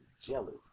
jealous